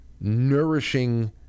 nourishing